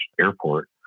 airport